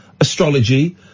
astrology